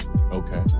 Okay